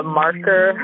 marker